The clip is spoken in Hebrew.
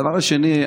הדבר השני,